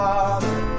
Father